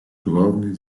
главной